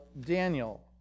Daniel